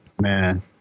Man